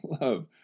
love